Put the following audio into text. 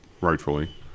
rightfully